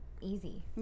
easy